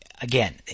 again